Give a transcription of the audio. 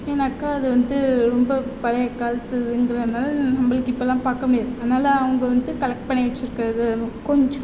ஏன்னாக்கால் அது வந்து ரொம்ப பழைய காலத்து எந்திரன்னால் நம்மளுக்கு இப்பெல்லாம் பார்க்க முடியாது அதனால அவங்க வந்து கலெக்ட் பண்ணி வெச்சுருக்கறது கொஞ்சம்